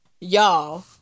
Y'all